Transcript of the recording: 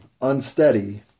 unsteady